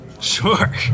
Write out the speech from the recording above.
Sure